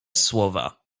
słowa